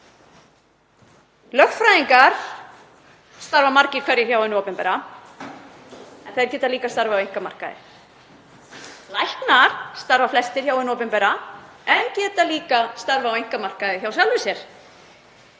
Lögfræðingar starfa margir hverjir hjá hinu opinbera en þeir geta líka starfað á einkamarkaði. Læknar starfa flestir hjá hinu opinbera en geta líka starfað á einkamarkaði hjá sjálfum sér.